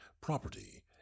property